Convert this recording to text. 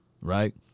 right